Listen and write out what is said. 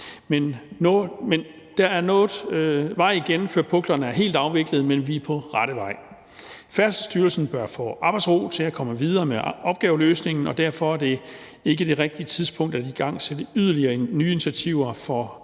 Der er noget vej igen, før puklerne er helt afviklet, men vi er på rette vej. Færdselsstyrelsen bør få arbejdsro til at komme videre med opgaveløsningen, og derfor er det ikke det rigtige tidspunkt at igangsætte yderligere nye initiativer til